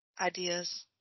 ideas